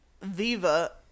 Viva